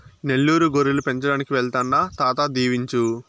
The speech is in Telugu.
నెల్లూరు గొర్రెలు పెంచడానికి వెళ్తాండా తాత దీవించు